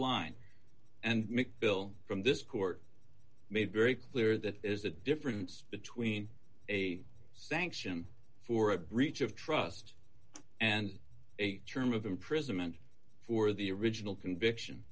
line and make bill from this court made very clear that there's a difference between a sanction for a breach of trust and a term of imprisonment for the original conviction